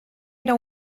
era